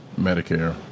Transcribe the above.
Medicare